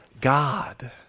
God